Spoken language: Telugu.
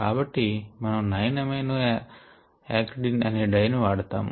కాబట్టి మనం 9 అమైనో యాక్రిడిన్ అనే డై ను వాడుతాము